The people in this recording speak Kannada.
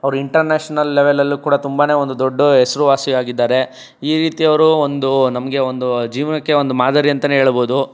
ಅವ್ರು ಇಂಟರ್ನ್ಯಾಷನಲ್ ಲೆವಲ್ಲಲ್ಲು ಕೂಡ ತುಂಬನೇ ಒಂದು ದೊಡ್ಡ ಹೆಸರುವಾಸಿಯಾಗಿದ್ದಾರೆ ಈ ರೀತಿ ಅವರು ಒಂದು ನಮಗೆ ಒಂದು ಜೀವನಕ್ಕೆ ಒಂದು ಮಾದರಿ ಅಂತಲೇ ಹೇಳ್ಬೋದು